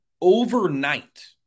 overnight